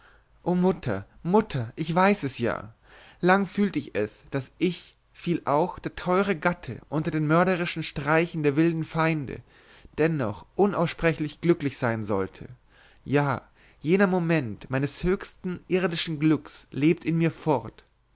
o mutter mutter ich weiß es ja lange fühlt ich es daß ich fiel auch der teure gatte unter den mörderischen streichen der wilden feinde dennoch unaussprechlich glücklich sein sollte ja jener moment meines höchsten irdischen glücks lebt in mir fort